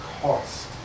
cost